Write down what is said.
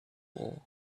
war